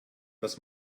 das